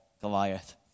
Goliath